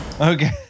Okay